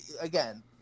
again